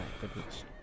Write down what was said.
goodness